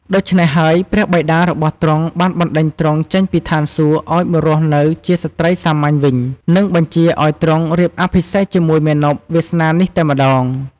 ដូច្នេះហើយ ព្រះបិតារបស់ទ្រង់បានបណ្ដេញទ្រង់ចេញពីឋានសួគ៌ឲ្យមករស់នៅ ជាស្រ្តីសាមញ្ញវិញ និងបញ្ជាឲ្យទ្រង់រៀបអភិសេកជាមួយមាណពវាសនានេះតែម្ដង។